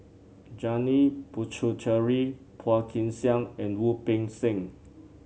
Janil Puthucheary Phua Kin Siang and Wu Peng Seng